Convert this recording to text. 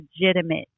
legitimate